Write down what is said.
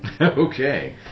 Okay